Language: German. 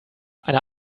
eine